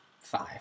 five